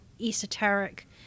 esoteric